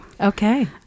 Okay